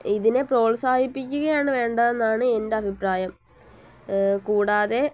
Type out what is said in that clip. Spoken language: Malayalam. ഇതിനെ പ്രോത്സാഹിപ്പിക്കുകയാണ് വേണ്ടതെന്നാണ് എൻ്റെ അഭിപ്രായം കൂടാതെ